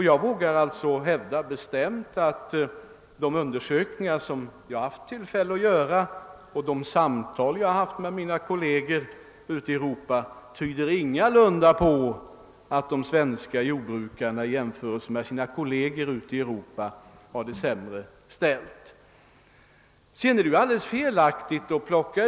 Jag vågar bestämt hävda att de undersökningar som jag har haft tillfälle att göra och de samtal jag har haft med mina kolleger ute i Europa ingalunda tyder på att de svenska jordbrukarna skulle ha det sämre ställt än sina kolleger ute i Europa.